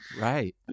right